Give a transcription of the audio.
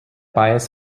bias